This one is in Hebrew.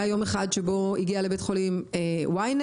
היה יום אחד שבו הגיע לבית חולים Y-net,